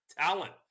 talent